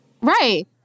right